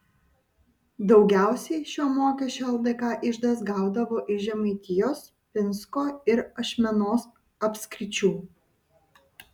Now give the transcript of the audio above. daugiausiai šio mokesčio ldk iždas gaudavo iš žemaitijos pinsko ir ašmenos apskričių